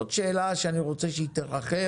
עוד שאלה שאני רוצה שתרחף.